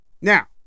Now